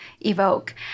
evoke